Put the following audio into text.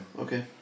okay